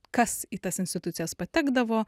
kas į tas institucijas patekdavo